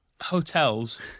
Hotels